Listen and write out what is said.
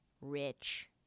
rich